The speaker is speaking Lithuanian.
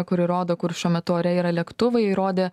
kuri rodo kur šiuo metu ore yra lėktuvai ji rodė